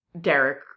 Derek